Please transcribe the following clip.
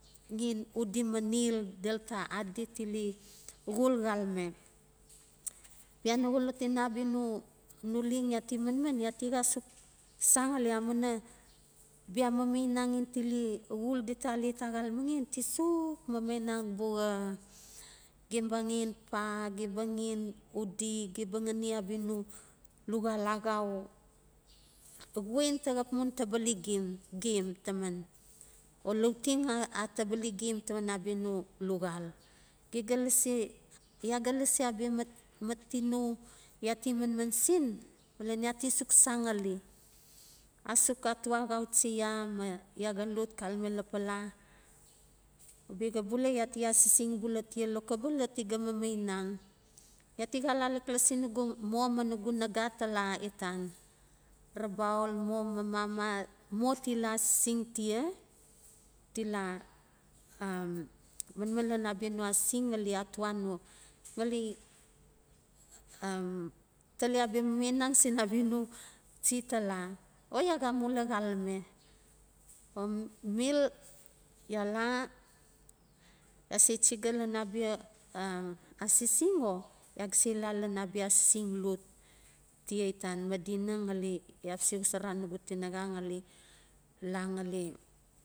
Xen udi manel delu ta adi tile xul xalame bia no xolot ina abia no leng ya ti manman ya ti xa suk san ngali amuina bia mamainang in tile xul dita alet axalmaxen ti suk mamainang buxa. Gem ba xen pa, gem ba xen ujdi, gem ba xani abia no luxal axau, xuen ta xap mun tabali gem gem taman, o lauteng tabali gem taman abia no luxal. Ge ga lasi, ya ga lasi abia mat, mat tino yati manman sin malan ya ti suk san ngali. Asuk atoa axauchi ya ma ya ga lot xalame lapala. Bia xa bula ya ti asising bula tia lokobel ti ga mamainang. Ya ti xa la laklasi nugu mo ma nigu naga tala itan rabaul mo ma mama, mo ti la asising tia, ti la um manamn lan abia no asising ngali atoa no ngali tali abia mamainang sin abia no chi tala o ya xa mula xalame. O mil ya la ya se chiga lan abia asising o ya se la lan abia asising lot tia itan madina ngali ya base xosora nugu tinaxa ngali la ngali